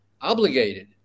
obligated